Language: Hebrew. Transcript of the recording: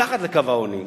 מתחת לקו העוני.